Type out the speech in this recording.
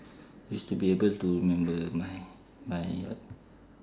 used to be able to remember my my what